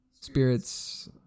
Spirits